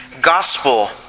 gospel